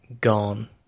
gone